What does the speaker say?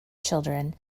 children